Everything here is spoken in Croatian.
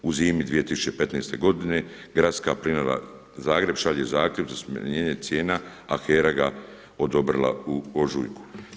U zimi 2015. godine Gradska plinara Zagreb šalje zahtjev za smanjenje cijena, a HERA ga odobrila u ožujku.